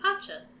Pacha